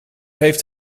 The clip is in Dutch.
heeft